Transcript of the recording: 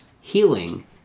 healing